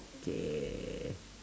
okay